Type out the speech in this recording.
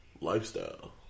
lifestyle